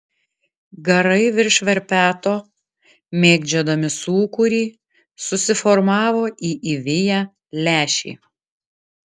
garai virš verpeto mėgdžiodami sūkurį susiformavo į įviją lęšį